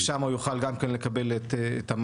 ושם הוא יוכל גם כן לקבל את המענה.